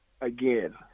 again